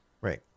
right